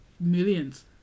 Millions